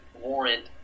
warrant